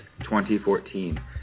2014